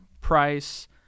price